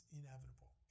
inevitable